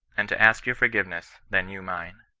and to ask your forgive ness than you mine.